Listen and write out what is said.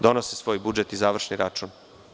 Donose svoj budžet i završni račun“